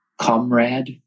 comrade